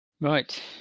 Right